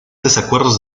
desacuerdos